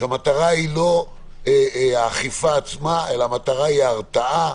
כשהמטרה היא לא האכיפה עצמה אלא המטרה היא ההרתעה.